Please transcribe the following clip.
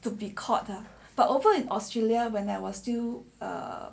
to be called ah but over in australia when I was still err